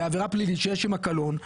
בעבירה פלילית שיש עמה קלון,